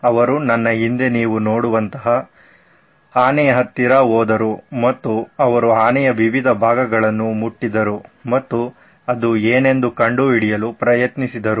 ಅವರು ನನ್ನ ಹಿಂದೆ ನೀವು ನೋಡುವಂತಹ ಆನೆಯ ಹತ್ತಿರ ಹೋದರು ಮತ್ತು ಅವರು ಆನೆಯ ವಿವಿಧ ಭಾಗಗಳನ್ನು ಮುಟ್ಟಿದರು ಮತ್ತು ಅದು ಏನೆಂದು ಕಂಡುಹಿಡಿಯಲು ಪ್ರಯತ್ನಿಸಿದರು